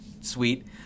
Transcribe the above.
sweet